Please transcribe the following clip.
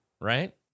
Right